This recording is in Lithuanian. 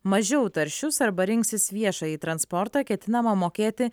mažiau taršius arba rinksis viešąjį transportą ketinama mokėti